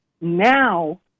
Now